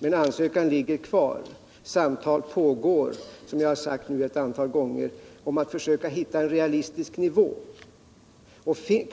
Men ansökan ligger kvar och samtal pågår, som jag sagt nu ett antal gånger, om att försöka hitta en realistisk nivå.